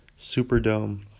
Superdome